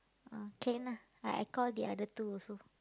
ah can ah I I call the other two also